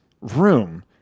room